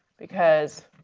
because